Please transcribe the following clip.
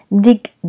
dig